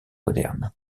modernes